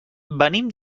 venim